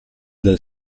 del